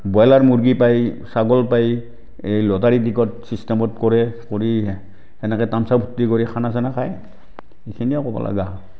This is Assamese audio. ব্ৰইলাৰ মুৰ্গী পায় ছাগল পায় এই লটাৰী টিকট ছিষ্টেমত কৰে কৰি সেনেকৈ তামাচা ফূৰ্তি কৰি খানা চানা খায়